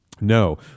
No